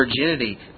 virginity